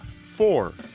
Four